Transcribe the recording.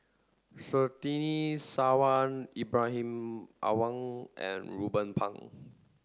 Surtini Sarwan Ibrahim Awang and Ruben Pang